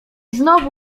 znowu